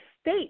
state